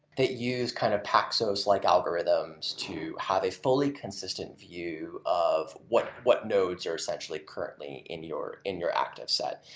that use kind of paxos-like algorithms to have a fully consistent view of what nodes nodes are essentially currently in your in your active set.